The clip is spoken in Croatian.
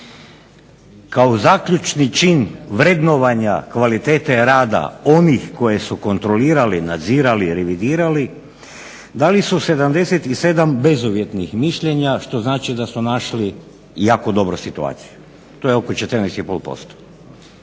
kao zaključni čin vrednovanja kvalitete rada onih koji su kontrolirali, nadzirali revidirali, dali su 77 bezuvjetnih mišljenja što znači da su našli jako dobru situaciju to je oko 14,5%.